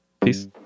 Peace